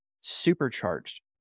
supercharged